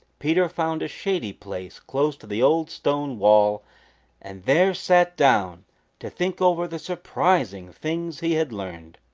peter found a shady place close to the old stone wall and there sat down to think over the surprising things he had learned.